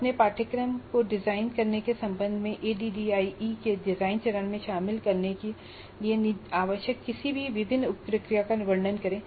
अपने पाठ्यक्रम को डिजाइन करने के संबंध में एडीडीआईई के डिजाइन चरण में शामिल करने के लिए आवश्यक किसी भी विभिन्न उप प्रक्रियाओं का वर्णन करें